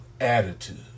attitude